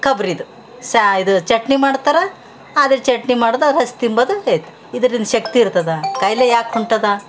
ಕೊಬ್ರಿದು ಸ್ಯಾ ಇದು ಚಟ್ನಿ ಮಾಡ್ತಾರ ಅದೇ ಚಟ್ನಿ ಮಾಡೋದು ಅದು ಹಚ್ಚಿ ತಿಂಬೋದು ಆಯಿತು ಇದರಿಂದ ಶಕ್ತಿ ಇರ್ತದೆ ಕಾಯಿಲೆ ಯಾಕೆ ಹೊಂಟದ